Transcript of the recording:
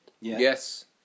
yes